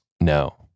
No